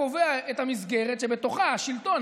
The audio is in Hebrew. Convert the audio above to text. קובעת את המסגרת שבתוכה השלטון,